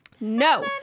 No